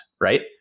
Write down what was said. right